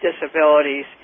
Disabilities